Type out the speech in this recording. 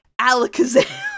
Alakazam